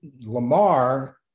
Lamar